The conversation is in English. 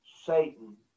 Satan